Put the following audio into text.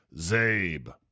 Zabe